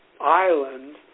island